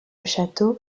château